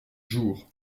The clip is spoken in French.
jours